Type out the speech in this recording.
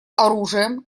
оружием